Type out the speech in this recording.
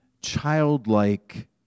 childlike